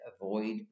avoid